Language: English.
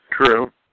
True